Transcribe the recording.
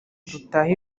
dutahe